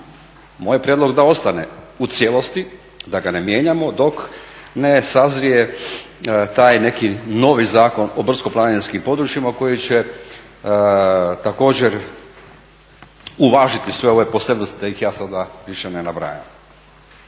Moj je prijedlog da ostane u cijelosti, da ga ne mijenjamo dok ne sazrije taj neki novi zakon o o brdsko-planinskim područjima koji će također uvažiti sve ove posebnosti da ih ja sada više ne nabrajam.